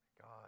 God